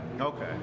Okay